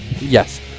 Yes